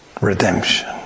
redemption